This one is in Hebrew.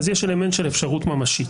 אז יש אלמנט של אפשרות ממשית.